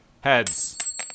Heads